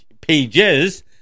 pages